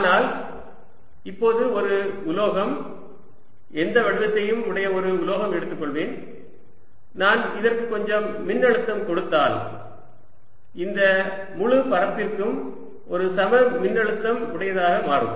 ஆனால் இப்போது ஒரு உலோகம் எந்த வடிவத்தையும் உடைய ஒரு உலோகம் எடுத்துக்கொள்வேன் நான் இதற்கு கொஞ்சம் மின்னழுத்தம் கொடுத்தால் இந்த முழு மேற்பரப்பும் ஒரு சம மின்னழுத்தம் உடையதாக மாறும்